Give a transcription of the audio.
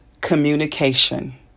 communication